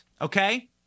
okay